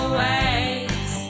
waves